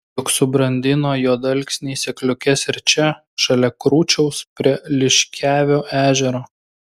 juk subrandino juodalksniai sėkliukes ir čia šalia krūčiaus prie liškiavio ežero